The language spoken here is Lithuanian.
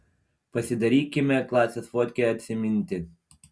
pasidarykime klasės fotkę atsiminti